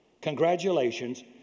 Congratulations